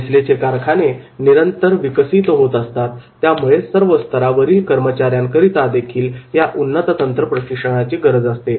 नेसलेचे कारखाने निरंतर विकसित होत असतात त्यामुळे सर्व स्तरावरील कर्मचाऱ्यांकरिता देखील या उन्नत तंत्र प्रशिक्षणाची गरज भासते